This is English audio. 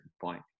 point